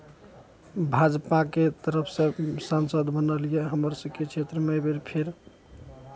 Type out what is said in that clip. भाजपाके तरफसँ सांसद बनल यए हमर सभके क्षेत्रमे एहि बेर फेर